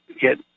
get